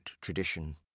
tradition